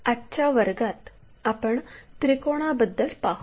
आजच्या वर्गात आपण त्रिकोणाबद्दल पाहू